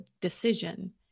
decision